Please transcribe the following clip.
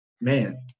man